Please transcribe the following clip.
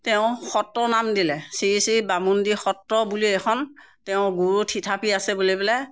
তেওঁ সত্ৰ নাম দিলে শ্ৰী শ্ৰী বামুণীআটী সত্ৰ বুলি এখন তেওঁ গুৰু থিতাপি আছে বুলি পেলাই